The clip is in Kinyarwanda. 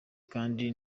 kandi